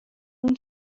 اون